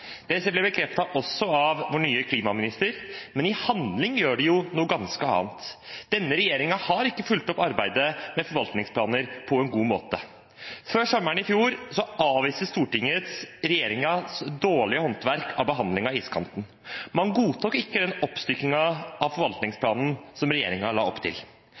havområdene som politisk verktøy.» Dette ble bekreftet også av vår nye klimaminister, men i handling gjør en noe ganske annet. Denne regjeringen har ikke fulgt opp arbeidet med forvaltningsplaner på en god måte. Før sommeren i fjor avviste Stortinget regjeringens dårlige håndverk i behandlingen av iskanten. Man godtok ikke den oppstykkingen av forvaltningsplanen som regjeringen la opp til.